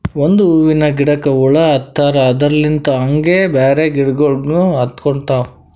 ಒಂದ್ ಹೂವಿನ ಗಿಡಕ್ ಹುಳ ಹತ್ತರ್ ಅದರಲ್ಲಿಂತ್ ಹಂಗೆ ಬ್ಯಾರೆ ಗಿಡಗೋಳಿಗ್ನು ಹತ್ಕೊತಾವ್